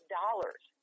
dollars